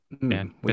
man